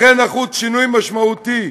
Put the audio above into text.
לכן נחוץ שינוי משמעותי,